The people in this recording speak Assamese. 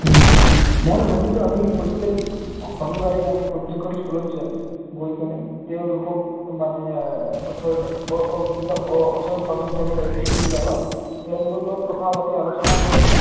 মই ভাবিছোঁ আমি প্ৰত্যেক শনিবাৰে আমি প্ৰত্যেকখন স্কুলত গৈ কেনে তেওঁলোকক মানে ওচৰত যিবিলাক ওচৰত পাৰ্চন থাকে সেই স্কুলবিলাকত তেওঁলোকৰ লগত কথা পাতি আলোচনা কৰি